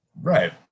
Right